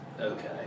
Okay